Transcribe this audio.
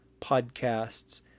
podcasts